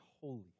holy